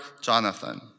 Jonathan